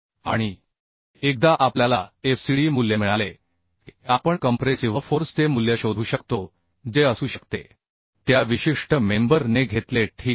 आणि एकदा आपल्याला FCD मूल्य मिळाले की आपण कंप्रेसिव्ह फोर्स चे मूल्य शोधू शकतो जे असू शकते त्या विशिष्ट मेंबर ने घेतले ठीक आहे